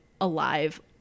alive